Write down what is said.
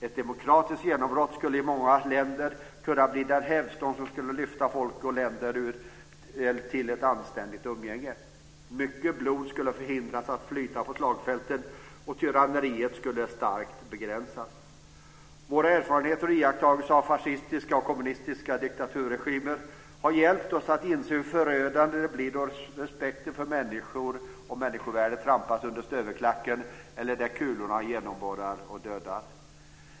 Ett demokratiskt genombrott skulle i många länder kunna bli den hävstång som skulle lyfta folk och länder till ett anständigt umgänge. Mycket blod skulle hindras från att flyta på slagfälten och tyranneriet skulle bli starkt begränsat. Våra erfarenheter och iakttagelser av fascistiska och kommunistiska diktaturregimer har hjälpt oss att inse hur förödande det blir då respekten för människor och människovärdet trampas under stövelklacken eller där kulorna genomborrar och dödar.